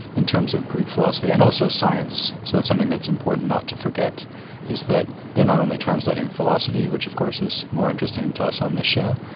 in terms of greek philosophy, and also science. so that's something that's important not to forget is that they're not only translating philosophy, which of course is more interesting to us on this show,